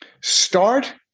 start